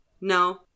No